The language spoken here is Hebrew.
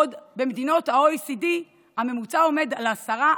בעוד במדינות ה-OECD הממוצע הוא 10%